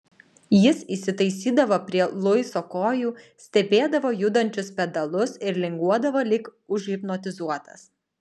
jis įsitaisydavo prie luiso kojų stebėdavo judančius pedalus ir linguodavo lyg užhipnotizuotas